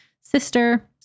sister